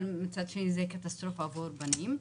אבל מצד שני זה קטסטרופה עבור גברים.